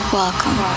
welcome